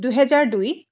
দুহেজাৰ দুই